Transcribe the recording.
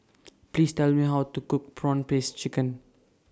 Please Tell Me How to Cook Prawn Paste Chicken